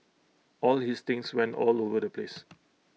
all his things went all over the place